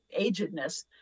agedness